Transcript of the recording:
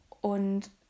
Und